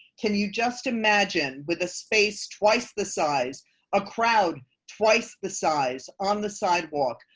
can you just imagine with a space twice the size a crowd twice the size on the sidewalk,